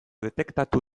detektatu